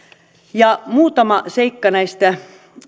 ja muutama seikka näistä